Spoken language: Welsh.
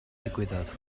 ddigwyddodd